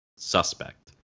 suspect